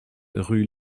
rue